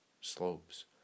slopes